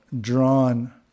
drawn